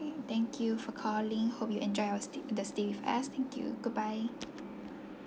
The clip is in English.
thank you for calling hope you enjoy our sta~ the stay with us thank you goodbye